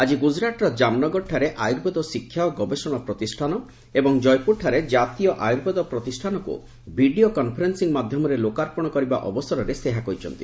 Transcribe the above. ଆକି ଗୁଜୁରାଟ୍ର ଜାମ୍ନଗରଠାରେ ଆୟୁର୍ବେଦ ଶିକ୍ଷା ଓ ଗବେଷଣା ପ୍ରତିଷ୍ଠାନ ଏବଂ ଜୟପୁରଠାରେ କାତୀୟ ଆୟୁର୍ବେଦ ପ୍ରତିଷ୍ଠାନକୁ ଭିଡ଼ିଓ କନ୍ଫରେନ୍ସିଂ ମାଧ୍ୟମରେ ଲୋକାର୍ପଣ କରିବା ଅବସରରେ ସେ ଏହା କହିଛନ୍ତି